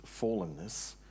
fallenness